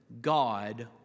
God